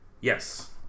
Yes